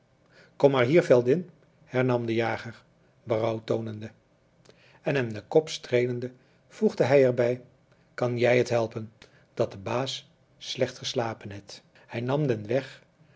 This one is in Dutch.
kom maar hier veldin hernam de jager berouw toonende en hem den kop streelende voegde hij er bij kan jij t helpen dat de baas slecht geslapen het hij nam den weg